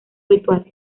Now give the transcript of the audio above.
ritual